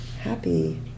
happy